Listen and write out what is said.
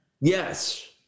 Yes